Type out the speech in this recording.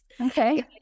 Okay